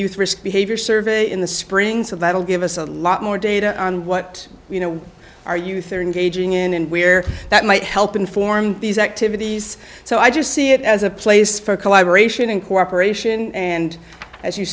youth risk behavior survey in the spring so that'll give us a lot more data on what you know our youth are engaging in and where that might help inform these activities so i just see it as a place for collaboration and cooperation and as you